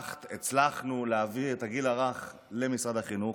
הצלחנו, להעביר את הגיל הרך למשרד החינוך,